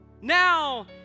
Now